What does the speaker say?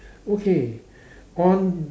okay on